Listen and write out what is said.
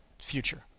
future